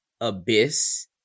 abyss